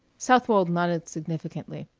southwold nodded significantly,